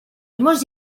hemos